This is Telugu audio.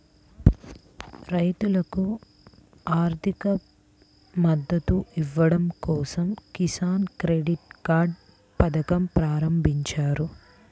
రైతులకు ఆర్థిక మద్దతు ఇవ్వడం కోసం కిసాన్ క్రెడిట్ కార్డ్ పథకం ప్రారంభించారు